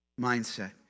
mindset